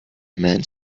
men